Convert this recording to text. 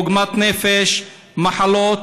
עוגמת נפש, מחלות.